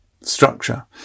structure